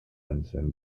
ensign